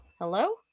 hello